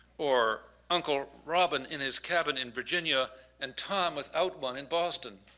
or uncle robin in his cabin in virginia and tom without one in boston.